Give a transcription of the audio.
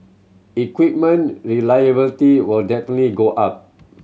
equipment reliability will definitely go up